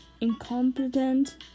incompetent